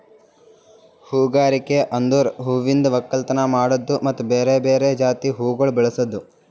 ಹೂಗಾರಿಕೆ ಅಂದುರ್ ಹೂವಿಂದ್ ಒಕ್ಕಲತನ ಮಾಡದ್ದು ಮತ್ತ ಬೇರೆ ಬೇರೆ ಜಾತಿ ಹೂವುಗೊಳ್ ಬೆಳಸದ್